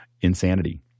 insanity